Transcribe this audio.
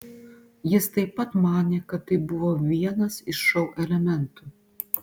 jis taip pat manė kad tai buvo vienas iš šou elementų